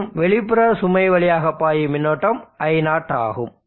மற்றும் வெளிப்புற சுமை வழியாக பாயும் மின்னோட்டம் i0 ஆகும்